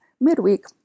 midweek